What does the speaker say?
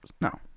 No